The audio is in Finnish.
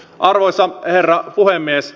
arvoisa herra puhemies